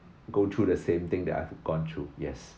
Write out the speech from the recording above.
go through the same thing that I've gone through yes